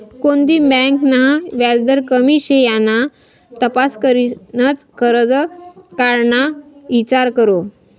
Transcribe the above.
कोणती बँक ना व्याजदर कमी शे याना तपास करीनच करजं काढाना ईचार करो